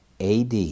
AD